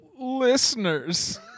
Listeners